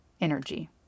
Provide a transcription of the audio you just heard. energy